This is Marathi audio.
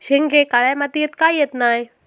शेंगे काळ्या मातीयेत का येत नाय?